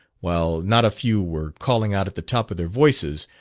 while not a few were calling out at the top of their voices,